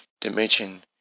dimension